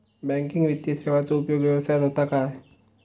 Banking वित्तीय सेवाचो उपयोग व्यवसायात होता काय?